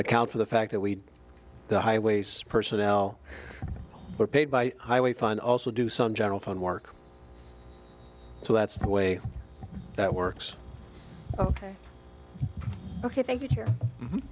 account for the fact that we the highways personnel are paid by highway fund also do some general fund work so that's the way that works ok